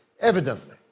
evidently